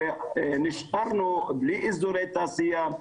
שנשארנו בלי אזורי תעשייה,